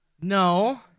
No